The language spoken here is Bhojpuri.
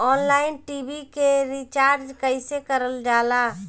ऑनलाइन टी.वी के रिचार्ज कईसे करल जाला?